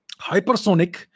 Hypersonic